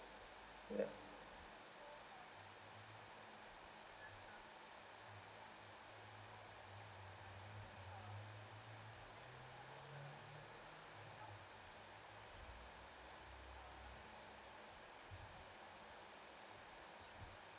alright